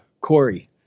Corey